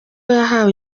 yahawe